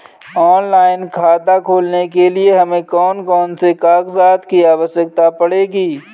Online खाता खोलने के लिए हमें कौन कौन से कागजात की आवश्यकता पड़ेगी?